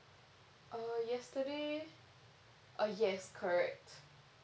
uh yesterday uh yes correct